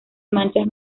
manchas